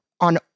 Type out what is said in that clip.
on